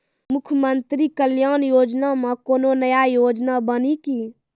मुख्यमंत्री कल्याण योजना मे कोनो नया योजना बानी की?